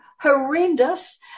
horrendous